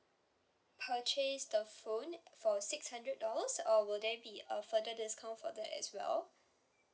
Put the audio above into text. purchase the phone for six hundred dollars or will there be a further discount for that as well